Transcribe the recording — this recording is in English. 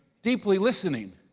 deeply listening.